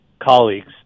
colleagues